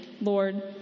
Lord